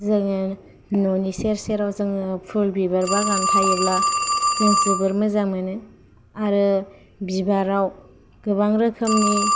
जोङो न'नि सेर सेरयाव जोंङो फुल बिबार बागान थायोब्ला जों जोबोद मोजां मोनो आरो बिबाराव गोबां रोखोमनि